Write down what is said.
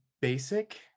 basic